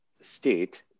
state